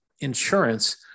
insurance